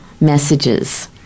messages